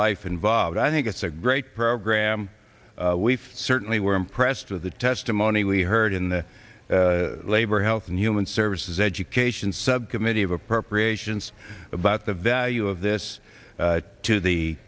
life involved i think it's a great program we certainly were impressed with the testimony we heard in the labor health and human services education subcommittee of appropriations about the value of this